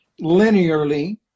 linearly